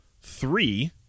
Three